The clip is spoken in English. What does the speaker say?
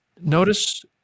notice